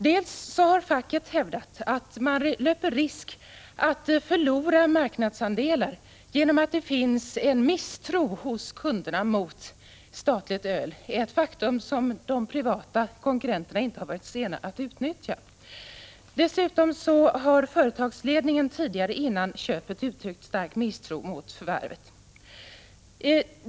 Facket har hävdat att man löper risk att förlora marknadsandelar genom att det finns en misstro hos kunderna mot statligt öl. Det är ett faktum som de privata konkurrenterna inte har varit sena att utnyttja. Dessutom har företagsledningen före köpet uttryckt stark misstro mot förvärvet.